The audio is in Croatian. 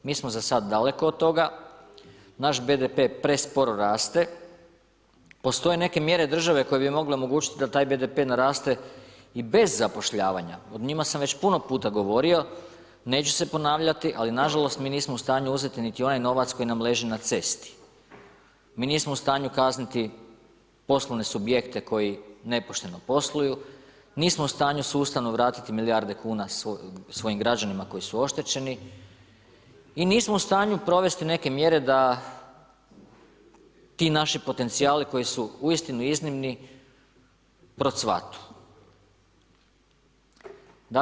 Mi smo za sad daleko od toga, naš BDP presporo raste, postoje neke mjere države koje bi mogle omogućiti da taj BDP naraste i bez zapošljavanja, o njima sam već puno puta govorio, neću se ponavljati, ali na žalost, mi nismo u stanju uzeti niti onaj novac koji nam leži na cesti, mi nismo u stanju kazniti poslovne subjekte koji nepošteno posluju, nismo u stanju sustavno vratiti milijarde kuna svojim građanima koji su oštećeni i nismo u stanju provesti neke mjere da ti naši potencijali koji su uistinu iznimni, procvatu.